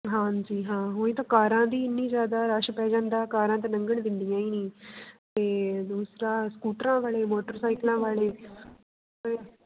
ਹਾਂਜੀ ਹਾਂ ਉਹੀ ਤਾਂ ਕਾਰਾਂ ਦਾ ਇੰਨਾ ਜ਼ਿਆਦਾ ਰਸ਼ ਪੈ ਜਾਂਦਾ ਕਾਰਾਂ ਤਾਂ ਲੰਘਣ ਦਿੰਦੀਆਂ ਹੀ ਨਹੀਂ ਅਤੇ ਦੂਸਰਾ ਸਕੂਟਰਾਂ ਵਾਲੇ ਮੋਟਰਸਾਈਕਲਾਂ ਵਾਲੇ